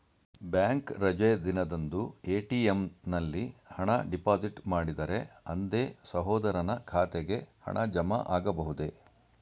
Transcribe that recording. Bank ರಜೆ ದಿನದಂದು ATM ನಲ್ಲಿ ಹಣ ಡಿಪಾಸಿಟ್ ಮಾಡಿದರೆ ಅಂದೇ ಸಹೋದರನ ಖಾತೆಗೆ ಹಣ ಜಮಾ ಆಗಬಹುದೇ?